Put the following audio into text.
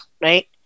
right